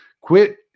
Quit